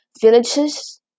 villages